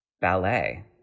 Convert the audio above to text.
ballet